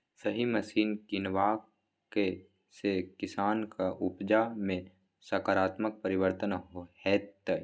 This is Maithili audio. सही मशीन कीनबाक सँ किसानक उपजा मे सकारात्मक परिवर्तन हेतै